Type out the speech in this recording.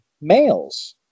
males